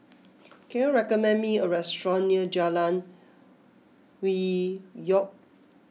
can you recommend me a restaurant near Jalan Hwi Yoh